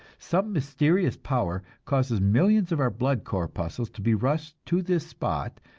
some mysterious power causes millions of our blood corpuscles to be rushed to this spot,